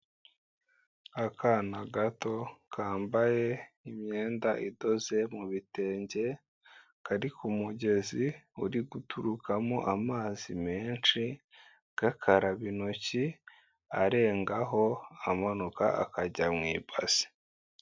Akana gato kambaye imyenda idoze mu bitenge kari ku mugezi uri guturukamo amazi menshi, gakaraba intoki arengaho amanuka akajya mu ibasi.